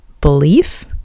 belief